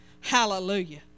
Hallelujah